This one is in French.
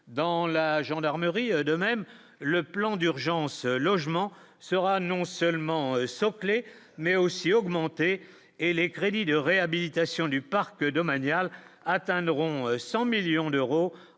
dans la gendarmerie, de même, le plan d'urgence logement sera non seulement son clé mais aussi augmenter et les crédits de réhabilitation du parc domanial atteindront 100 millions d'euros